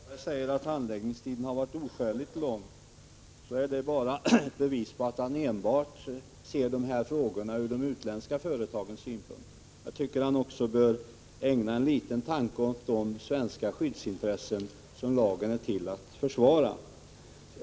Herr talman! När Per Westerberg säger att handläggningstiderna varit oskäligt långa är det bara ett bevis på att han ser dessa frågor enbart ur de utländska företagens synvinkel. Han borde också ägna en liten tanke åt de svenska skyddsintressen som lagen är till för att försvara.